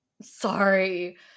Sorry